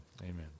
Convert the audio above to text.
amen